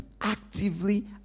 actively